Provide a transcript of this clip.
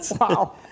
Wow